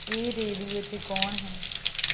ਇਹ ਰੇਡੂਏ 'ਤੇ ਕੌਣ ਹੈ